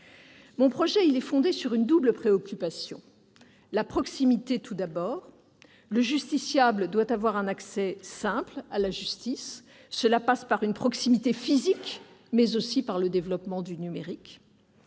Mon projet est fondé sur deux préoccupations. D'abord, la proximité : le justiciable doit avoir un accès simple à la justice ; cela passe par une proximité physique, mais aussi par le développement du numérique.